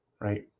Right